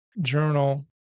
journal